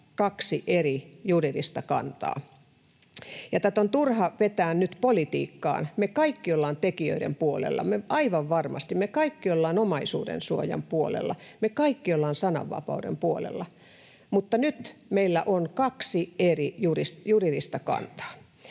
kaksi eri juridista kantaa. Tätä on turha vetää nyt politiikkaan. Me kaikki ollaan tekijöiden puolella, aivan varmasti me kaikki ollaan omaisuudensuojan puolella, me kaikki ollaan sananvapauden puolella, mutta nyt meillä on kaksi eri juridista kantaa.